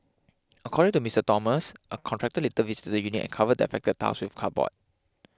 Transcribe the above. according to Miss Thomas a contractor later visited the unit and covered the affected tiles with cardboard